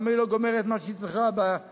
למה היא לא משלימה את מה שהיא צריכה במטלורגיה,